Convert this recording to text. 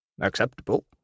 Acceptable